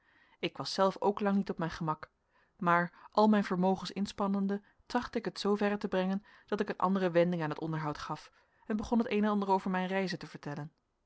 ik was zelf ook lang niet op mijn gemak maar al mijn vermogens inspannende trachtte ik het zooverre te brengen dat ik een andere wending aan het onderhoud gaf en begon het een en ander over mijn reizen te vertellen